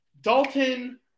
Dalton